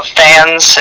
fans